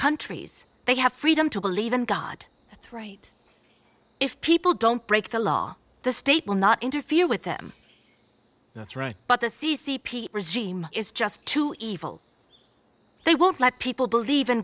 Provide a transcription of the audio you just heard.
countries they have freedom to believe in god that's right if people don't break the law the state will not interfere with them that's right but the c c p regime is just too evil they won't let people believe in